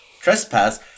Trespass